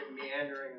meandering